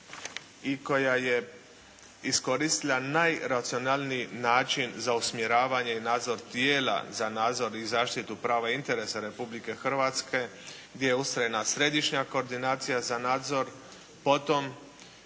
i koja je iskoristila najracionalniji način za usmjeravanje i nadzor tijela za nadzor i zaštitu prava interesa Republike Hrvatske, gdje je ustrojena Središnja koordinacija za nadzor potom